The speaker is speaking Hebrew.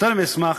ויותר מאשמח,